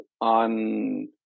on